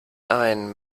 ein